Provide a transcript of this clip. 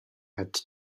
had